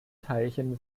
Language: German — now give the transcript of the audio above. teilchen